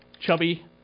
chubby